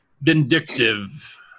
vindictive